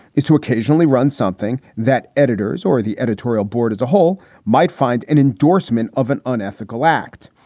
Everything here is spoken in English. is to occasionally run something that editors or the editorial board as a whole might find an endorsement of an unethical act.